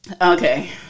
Okay